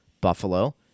Buffalo